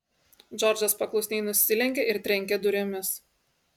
džordžas paklusniai nusilenkė ir trenkė durimis